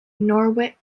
norwich